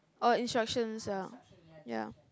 oh instructions ah yeah